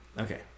Okay